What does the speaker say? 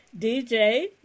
DJ